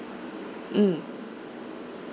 mm